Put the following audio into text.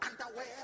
underwear